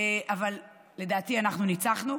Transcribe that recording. אבל לדעתי אנחנו ניצחנו.